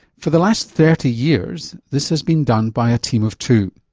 for the last thirty years this has been done by a team of two.